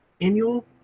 annual